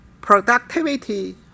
Productivity